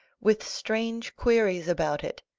with strange queries about it.